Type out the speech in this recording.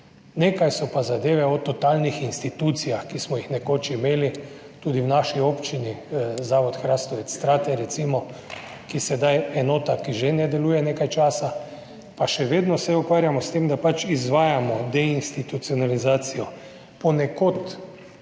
Nekaj so pa zadeve v totalnih institucijah, ki smo jih nekoč imeli, tudi v naši občini, Zavod Hrastovec - Trate recimo, ki je sedaj enota, ki ne deluje že nekaj časa, pa se še vedno ukvarjamo s tem, da pač izvajamo deinstitucionalizacijo. Ponekod okej,